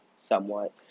somewhat